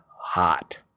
hot